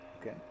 Okay